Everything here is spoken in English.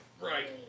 Right